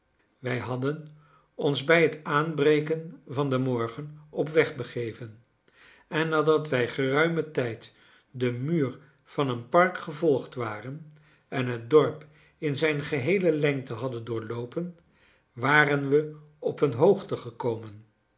wij hadden ons bij het aanbreken van den morgen op weg begeven en nadat wij geruimen tijd den muur van een park gevolgd waren en het dorp in zijn geheele lengte hadden doorloopen waren we op een hoogte gekomen